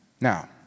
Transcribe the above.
Now